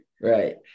Right